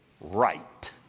right